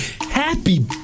happy